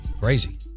Crazy